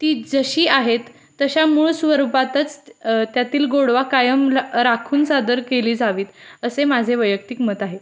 ती जशी आहेत तशा मूळ स्वरूपातच त्यातील गोडवा कायम राखून सादर केली जावीत असे माझे वैयक्तिक मत आहे